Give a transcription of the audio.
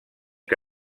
que